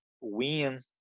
win